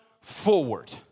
forward